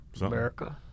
America